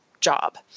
job